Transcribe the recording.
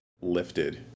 lifted